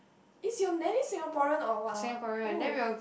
is your nanny Singaporean or what lor oh